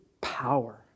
power